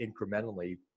incrementally